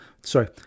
sorry